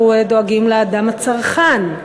אנחנו דואגים לאדם הצרכן,